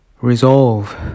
resolve